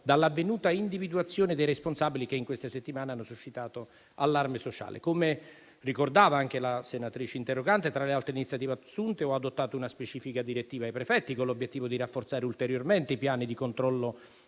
dall'avvenuta individuazione dei responsabili che in queste settimane hanno suscitato allarme sociale. Come ricordava anche la senatrice interrogante, tra le altre iniziative assunte, ho adottato una specifica direttiva ai prefetti con l'obiettivo di rafforzare ulteriormente i piani di controllo